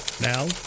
Now